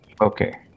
okay